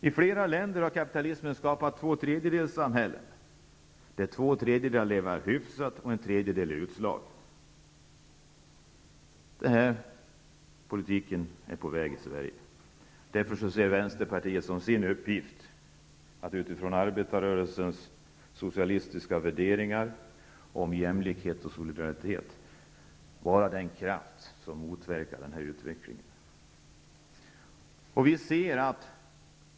I flera länder har kapitalismen skapat tvåtredjedelssamhällen, där två tredjedelar lever hyfsat och en tredjedel är utslagna. Denna politik är på väg att införas i Sverige. Därför ser Vänsterpartiet det som sin uppgift att utifrån arbetarrörelsens socialistiska värderingar om jämlikhet och solidaritet vara den kraft som motverkar denna utveckling.